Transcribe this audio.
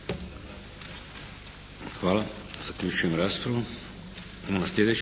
Hvala. Zaključujem raspravu.